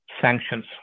sanctions